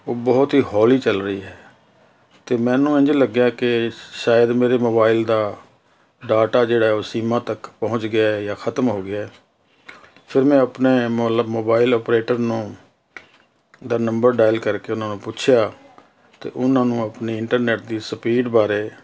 ਉਹ ਬਹੁਤ ਹੀ ਹੌਲੀ ਚੱਲ ਰਹੀ ਹੈ ਅਤੇ ਮੈਨੂੰ ਇੰਝ ਲੱਗਿਆ ਕਿ ਸ਼ਾਇਦ ਮੇਰੇ ਮੋਬਾਈਲ ਦਾ ਡਾਟਾ ਜਿਹੜਾ ਉਹ ਸੀਮਾ ਤੱਕ ਪਹੁੰਚ ਗਿਆ ਜਾਂ ਖ਼ਤਮ ਹੋ ਗਿਆ ਫਿਰ ਮੈਂ ਆਪਣੇ ਮਤਲਬ ਮੋਬਾਇਲ ਆਪਰੇਟਰ ਨੂੰ ਦਾ ਨੰਬਰ ਡਾਇਲ ਕਰਕੇ ਉਹਨਾਂ ਨੂੰ ਪੁੱਛਿਆ ਅਤੇ ਉਹਨਾਂ ਨੂੰ ਆਪਣੀ ਇੰਟਰਨੈਟ ਦੀ ਸਪੀਡ ਬਾਰੇ